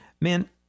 man